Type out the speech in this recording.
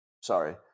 sorry